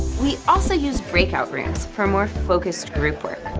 we also use breakout rooms for more focused group work.